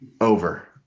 over